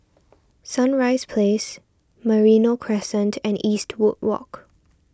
Sunrise Place Merino Crescent and Eastwood Walk